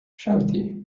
shawty